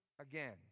again